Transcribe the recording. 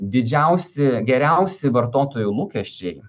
didžiausi geriausi vartotojų lūkesčiai